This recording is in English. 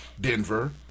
Denver